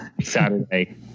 Saturday